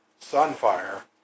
Sunfire